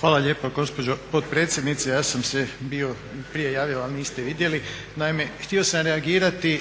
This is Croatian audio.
Hvala lijepa gospođo potpredsjednice. Ja sam se bio prije javio ali niste vidjeli. Naime, htio sam reagirati